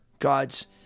God's